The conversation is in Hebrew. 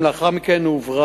4. האם מדובר